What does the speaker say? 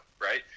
right